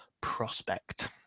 prospect